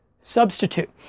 substitute